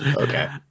Okay